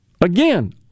Again